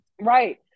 Right